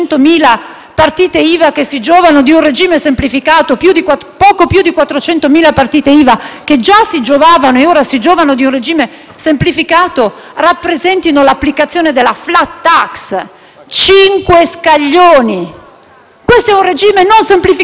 poco più di 400.000 partite IVA che già si giovavano e ora si giovano di un regime semplificato rappresentino l'applicazione della *flat tax*. Cinque scaglioni: questo è un regime non semplificato, ma complicato, per l'1 per cento dei contribuenti. E il